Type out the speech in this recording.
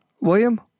William